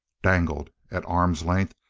dangled at arm's length,